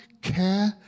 care